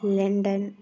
London